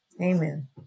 Amen